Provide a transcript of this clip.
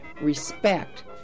respect